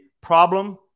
problem